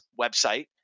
website